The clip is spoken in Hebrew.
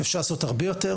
אפשר לעשות הרבה יותר